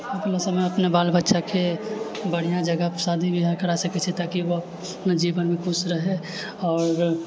आबए वाला समय अपने बाल बच्चाके बढ़िआँ जगह पे शादी बिआह कराए सकैत छिऐ ताकि ओ अपना जीवनमे खुश रहए आओर